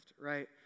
right